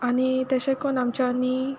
आनी तेशें कोर्न आमच्यांनीं